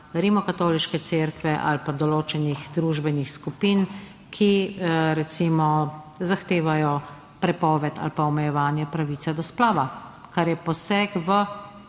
Rimokatoliške cerkve ali pa določenih družbenih skupin, ki recimo zahtevajo prepoved ali pa omejevanje pravice do splava, kar je poseg v